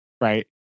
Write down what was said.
Right